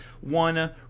one